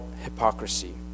hypocrisy